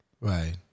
Right